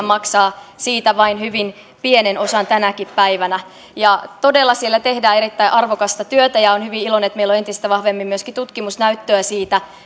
maksavat siitä vain hyvin pienen osan tänäkin päivänä siellä tehdään todella erittäin arvokasta työtä ja olen hyvin iloinen että meillä on entistä vahvemmin myöskin tutkimusnäyttöä siitä